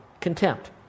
contempt